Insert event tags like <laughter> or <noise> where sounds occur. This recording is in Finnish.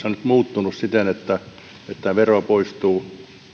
<unintelligible> on tässä nyt muuttunut siten että tämä vero poistuu